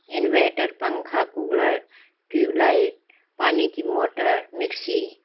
inverter पंखा cooler tubelight पानी की मोटर मिक्सी